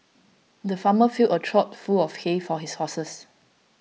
the farmer filled a trough full of hay for his horses